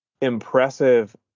impressive